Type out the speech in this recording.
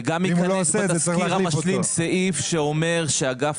וגם ייכנס לתזכיר המשלים סעיף שאומר שאגף